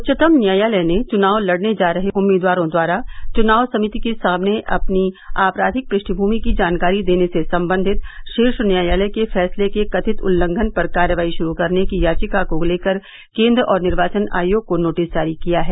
उच्चतम न्यायालय ने चुनाव लड़ने जा रहे उम्मीदवारों द्वारा चुनाव समिति के सामने अपनी आपराधिक पृष्ठभूमि की जानकारी देने से संबंधित शीर्ष न्यायालय के फैसले के कथित उल्लंघन पर कार्रवाई शुरू करने की याचिका को लेकर केन्द्र और निर्वाचन आयोग को नोटिस जारी किया है